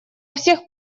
всех